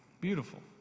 beautiful